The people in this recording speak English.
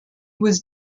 was